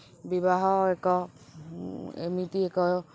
ବିବାହ ଏକ ଏମିତି ଏକ